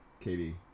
katie